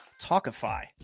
Talkify